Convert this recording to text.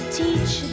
teach